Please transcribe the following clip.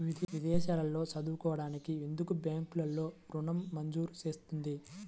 విదేశాల్లో చదువుకోవడానికి ఎందుకు బ్యాంక్లలో ఋణం మంజూరు చేస్తుంది?